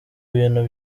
bintu